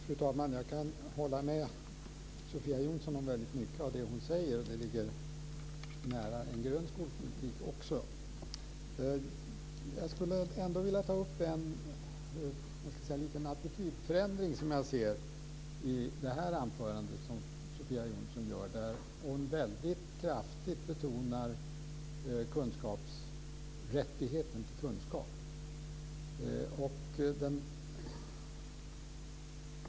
Fru talman! Jag kan instämma i väldigt mycket av det som Sofia Jonsson säger. Det ligger också nära en grön skolpolitik. Jag vill ändå ta upp att jag ser en liten attitydförändring i Sofia Jonssons anförande där hon kraftigt betonar rättigheten till kunskap.